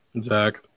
Zach